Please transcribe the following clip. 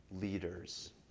leaders